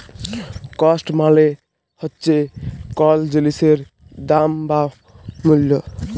cost মালে হচ্যে কল জিলিসের দাম বা মূল্য